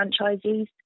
franchisees